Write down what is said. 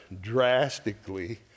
drastically